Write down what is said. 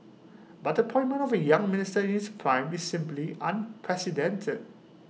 but the appointment of A young minister in his prime is simply unprecedented